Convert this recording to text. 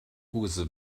whose